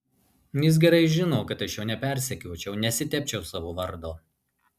jis gerai žino kad aš jo nepersekiočiau nesitepčiau savo vardo